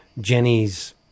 jenny's